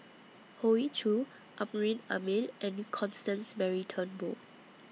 Hoey Choo Amrin Amin and Constance Mary Turnbull